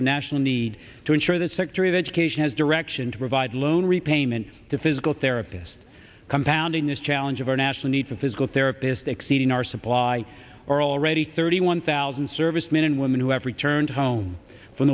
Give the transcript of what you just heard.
of national need to ensure the secretary of education has direction to provide loan repayment to physical therapists compounding this challenge of our national need for physical therapist exceeding our supply or already thirty one thousand servicemen and women who have returned home from